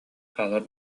хаалар